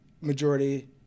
majority